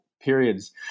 periods